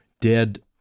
dead